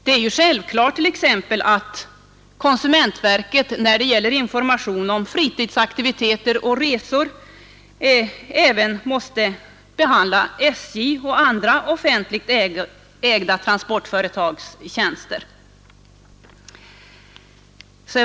Det är t.ex. självklart att konsumentverket när det gäller information om fritidsaktiviteter och resor även måste behandla SJ:s och andra offentligt ägda transportföretags tjänster.